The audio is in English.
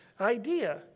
idea